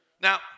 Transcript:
Now